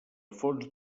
fons